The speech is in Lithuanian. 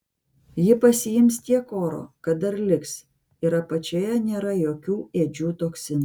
ji pasiims tiek oro kad dar liks ir apačioje nėra jokių ėdžių toksinų